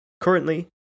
Currently